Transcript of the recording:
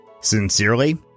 Sincerely